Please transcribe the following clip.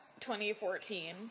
2014